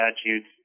statutes